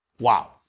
Wow